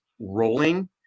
rolling